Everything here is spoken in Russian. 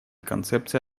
концепции